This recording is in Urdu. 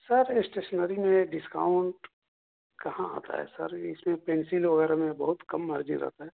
سر اسٹشنری میں ڈسکاؤنٹ کہاں آتا ہے سر اس میں پینسل وغیرہ میں بہت کم مارجن رہتا ہے